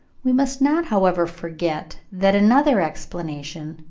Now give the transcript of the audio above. we must not, however, forget that another explanation,